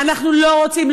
אנחנו לא רוצים,